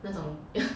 那种